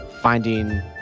finding